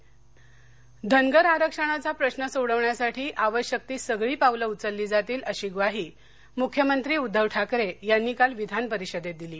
विधिमंडळ कामकाज धनगर आरक्षणाचा प्रश्न सोडवण्यासाठी आवश्यक ती सगळी पावलं उचलली जातील अशी ग्वाही मुख्यमंत्री उद्धव ठाकरे यांनी काल विधान परिषदेत दिली